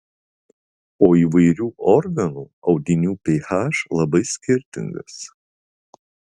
o įvairių organų audinių ph labai skirtingas